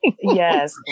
Yes